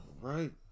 right